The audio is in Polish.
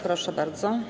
Proszę bardzo.